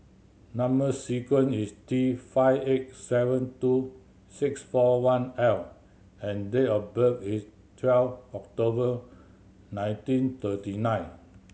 number sequence is T five eight seven two six four one L and date of birth is twelve October nineteen thirty nine